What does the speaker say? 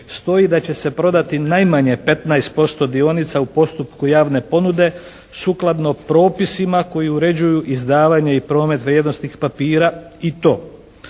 stoji da će se prodati najmanje 15% dionica u postupku javne ponude sukladno propisima koji uređuju izdavanje i promet vrijednosnih papira i to